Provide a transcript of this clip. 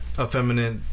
effeminate